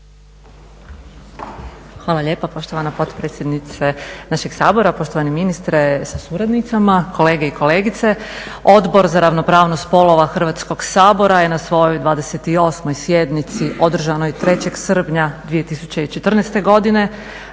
Hvala lijepa poštovana potpredsjednice našeg Sabora, poštovani ministre sa suradnicama, kolege i kolegice. Odbor za ravnopravnost spolova Hrvatskog sabora je na svojoj 28. sjednici održanoj 03. srpnja 2014. godine